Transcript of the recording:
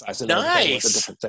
Nice